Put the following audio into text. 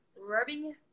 rubbing